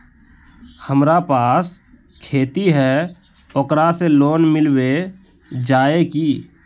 हमरा पास खेती है ओकरा से लोन मिलबे जाए की?